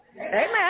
Amen